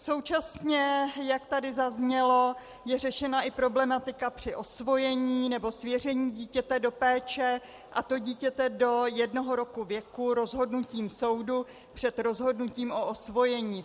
Současně, jak tady zaznělo, je řešena problematika při osvojení nebo svěření dítěte do péče, a to dítěte do jednoho roku věku rozhodnutím soudu před rozhodnutím o osvojení.